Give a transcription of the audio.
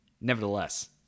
Nevertheless